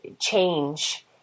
change